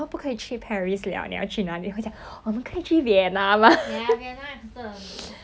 when I went to vienna like the whole city was under like lockdown so like restaurant 这些都没有开